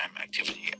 activity